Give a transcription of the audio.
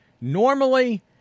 Normally